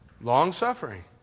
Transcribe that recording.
long-suffering